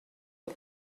aux